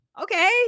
okay